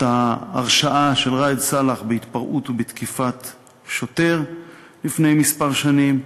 את ההרשעה של ראאד סלאח בהתפרעות ובתקיפת שוטר לפני כמה שנים,